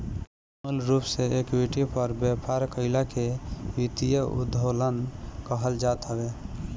मूल रूप से इक्विटी पर व्यापार कईला के वित्तीय उत्तोलन कहल जात हवे